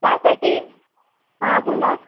त्यासाठी हां बोला